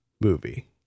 movie